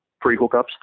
pre-hookups